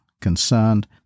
concerned